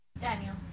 Daniel